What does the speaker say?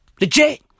Legit